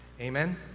Amen